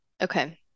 Okay